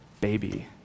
baby